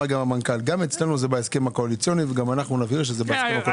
גם אצלנו זה בהסכם הקואליציוני וגם אנו נבהיר זאת.